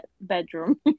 bedroom